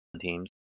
teams